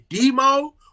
Demo